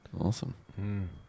Awesome